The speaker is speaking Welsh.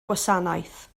gwasanaeth